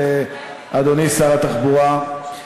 אדוני שר התחבורה,